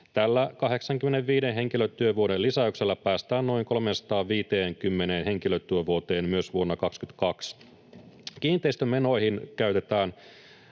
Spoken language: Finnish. Tällä 85 henkilötyövuoden lisäyksellä päästään noin 350 henkilötyövuoteen myös vuonna 22. Kiinteistömenoihin käytetään